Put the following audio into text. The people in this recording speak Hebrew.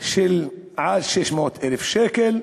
של עד 600,000 שקל,